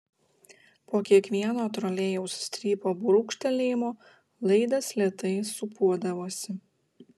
po kiekvieno trolėjaus strypo brūkštelėjimo laidas lėtai sūpuodavosi